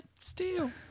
steal